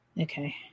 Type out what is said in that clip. Okay